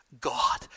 God